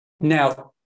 Now